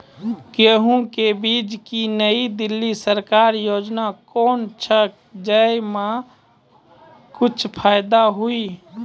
गेहूँ के बीज की नई दिल्ली सरकारी योजना कोन छ जय मां कुछ फायदा हुआ?